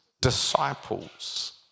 disciples